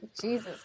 Jesus